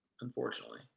Unfortunately